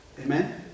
Amen